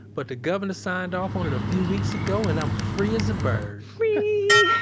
but the governor signed off on it a few weeks ago and i'm free as a bird free!